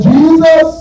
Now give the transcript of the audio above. Jesus